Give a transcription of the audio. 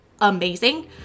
amazing